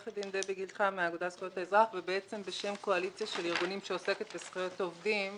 האגודה לזכויות האזרח ובשם קואליציה של ארגונים שעוסקת בזכויות עובדים,